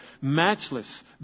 matchless